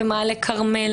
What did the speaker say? ומעלה כר\מל